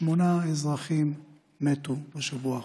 שמונה אזרחים מתו בשבוע החולף.